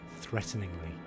threateningly